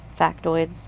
factoids